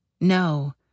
No